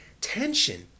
Tension